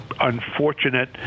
unfortunate